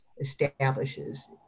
establishes